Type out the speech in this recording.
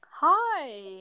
hi